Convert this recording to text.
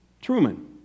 Truman